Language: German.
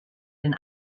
den